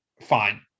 fine